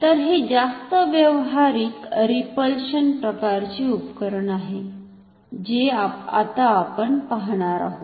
तर हे जास्त व्यावहारिक रिपलशन प्रकारचे उपकरण आहे जे आता आपण पाहणार आहोत